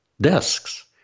desks